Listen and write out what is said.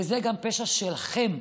וזה גם פשע שלכם,